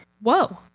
whoa